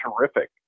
terrific